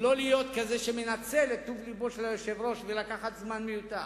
לא להיות כזה שמנצל את טוב לבו של היושב-ראש ולקחת זמן מיותר.